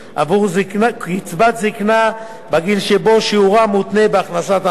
קצבת זיקנה בגיל שבו שיעורה מותנה בהכנסת המבוטח.